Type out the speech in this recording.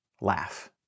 laugh